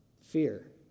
Fear